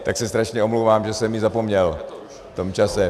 Tak se strašně omlouvám, že jsem ji zapomněl v tom čase.